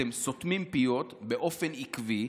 אתם סותמים פיות באופן עקבי,